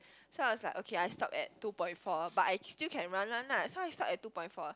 so I was like okay I stop at two point four but I still can run one lah so I stop at two point four